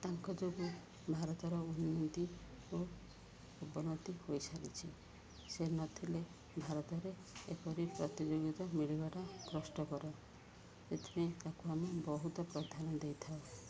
ତାଙ୍କ ଯୋଗୁଁ ଭାରତର ଉନ୍ନତି ଓ ଅବନ୍ନତି ହୋଇସାରିଛି ସେ ନଥିଲେ ଭାରତରେ ଏପରି ପ୍ରତିଯୋଗିତା ମିଳିବାଟା କଷ୍ଟକର ସେଥିପାଇଁ ତାକୁ ଆମେ ବହୁତ ପ୍ରଧାନ ଦେଇଥାଉ